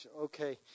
okay